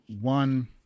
one